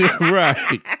Right